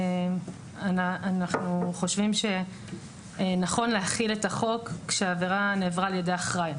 אנחנו חושבים שנכון להחיל את החוק כאשר העבירה נעברה על ידי אחראי,